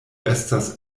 estas